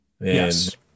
yes